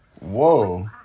Whoa